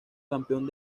campeón